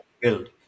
build